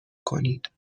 کنید